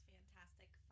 Fantastic